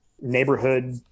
neighborhood